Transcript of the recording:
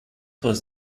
was